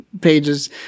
pages